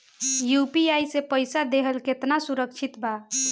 UPI से पईसा देहल केतना सुरक्षित बा?